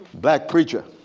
black preacher